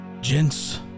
gents